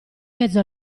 mezzo